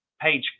page